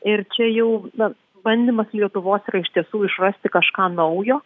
ir čia jau na bandymas lietuvos yra iš tiesų išrasti kažką naujo